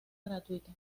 gratuita